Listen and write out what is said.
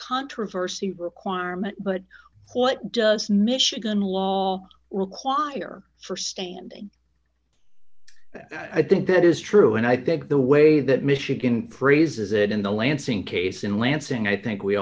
controversy requirement but what does michigan law require for stating i think that is true and i think the way that michigan praises it in the lansing case in lansing i think we